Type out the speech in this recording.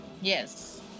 Yes